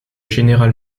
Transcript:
general